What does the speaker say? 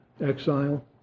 exile